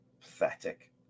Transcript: pathetic